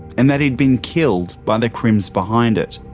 and that he'd been killed by the crims behind it.